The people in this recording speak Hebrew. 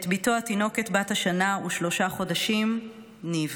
את בתו התינוקת בת השנה ושלושה חודשים ניב,